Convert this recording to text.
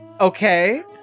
okay